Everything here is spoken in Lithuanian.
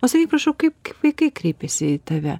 o sakyk prašau kaip kaip vaikai kreipiasi į tave